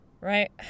Right